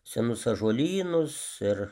senus ąžuolynus ir